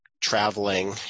traveling